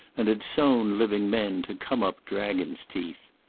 and had sown living men, to come up dragons' teeth.